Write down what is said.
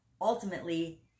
ultimately